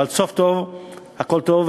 אבל סוף טוב הכול טוב.